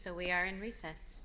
so we are in recess